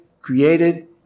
created